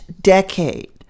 decade